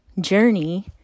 journey